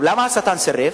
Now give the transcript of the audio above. למה השטן סירב?